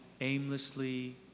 aimlessly